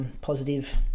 positive